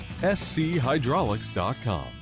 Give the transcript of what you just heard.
SCHydraulics.com